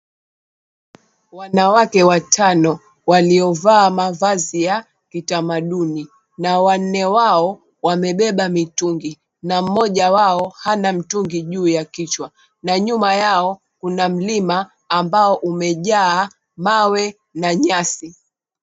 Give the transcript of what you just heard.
Wanawake watano waliovaa mavazi ya kitamaduni, na wanne wao wamebeba mitungi, na mmoja wao hana mitungi juu ya kichwa, na nyuma yao kuna mlima uliojaa mawe na nyasi.